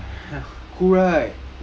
what the hell